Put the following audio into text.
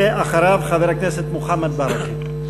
ואחריו חבר הכנסת מוחמד ברכה.